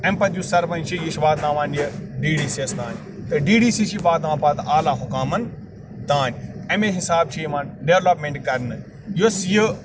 اَمہِ پَتہٕ یُس سَرپَنٛچ چھُ یہِ چھُ واتناوان یہِ ڈی ڈی سی یَس تانۍ تہٕ ڈی ڈی سی چھُ واتناوان یہِ پَتہٕ اعلی حُکامَن تانۍ اَمے حِسابہٕ چھُ یِوان ڈیٚولَپمیٚنٛٹ کرنہٕ یۄس یہِ